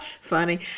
Funny